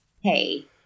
hey